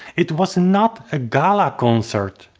it was not a gala concert,